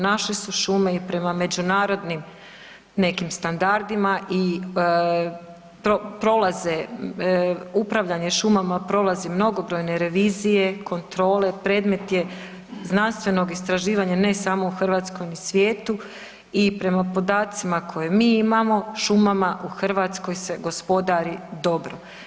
Naše su šume i prema međunarodnim nekim standardima i prolaze, upravljanje šumama prolazi mnogobrojne revizije, kontrole, predmet je znanstvenog istraživanja ne samo u Hrvatskoj i svijetu i prema podacima koje mi imamo šumama u Hrvatskoj se gospodari dobro.